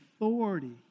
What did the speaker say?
authority